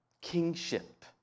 kingship